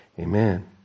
Amen